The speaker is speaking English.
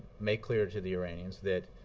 make clear to the iranians that